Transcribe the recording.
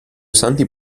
santi